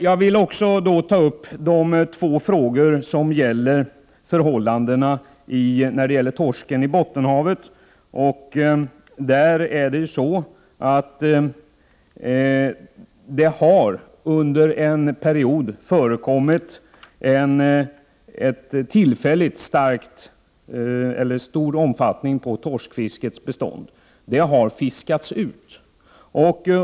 Jag vill också ta upp de frågor som gäller torsken i Bottenhavet. Torskfisket har under en period haft stor omfattning, men nu har det fiskats ut.